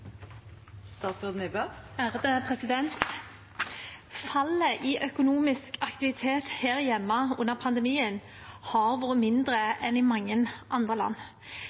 Fallet i økonomisk aktivitet her hjemme under pandemien har vært mindre enn i mange andre land.